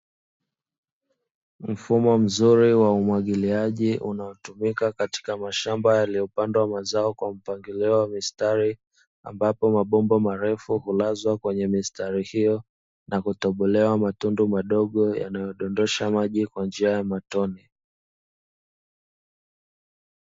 Mfumo mzuri wa umwagiliaji unaotumika katika mashamba yaliyopandwa mazao kwa mpangilio wa mistari, ambapo mabomba marefu hulazwa kwenye mistari hiyo, na kutobolewa matundu madogo yanayodondosha maji kwa njia ya matone.